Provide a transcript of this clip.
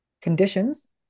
conditions